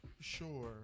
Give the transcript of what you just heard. Sure